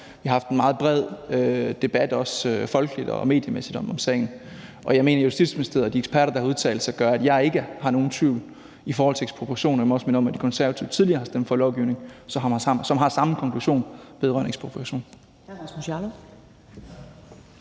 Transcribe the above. vi har haft en meget bred debat folkeligt og mediemæssigt om sagen. Og Justitsministeriet og de eksperter, der har udtalt sig, gør, at jeg ikke har nogen tvivl i forhold til ekspropriation, og jeg må også minde om, at De Konservative tidligere har stemt for lovgivning, som har samme konklusion vedrørende ekspropriation.